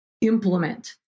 implement